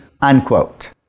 unquote